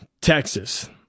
Texas